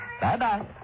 Bye-bye